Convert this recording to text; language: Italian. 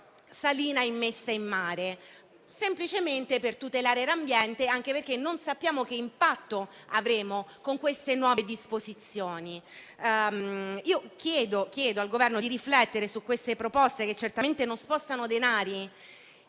salina immessa in mare e ciò semplicemente per tutelare l'ambiente, anche perché non sappiamo che impatto avremo con le nuove disposizioni. Chiedo al Governo di riflettere su queste proposte, che certamente non spostano denari,